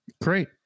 Great